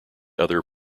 other